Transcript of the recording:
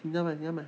你要吗你要吗